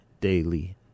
daily